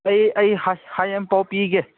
ꯑꯩ ꯑꯩ ꯍꯥꯏꯌꯦꯡ ꯄꯥꯎꯄꯤꯒꯦ